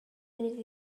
munud